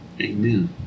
Amen